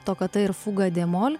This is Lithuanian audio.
tokata ir fuga dė mol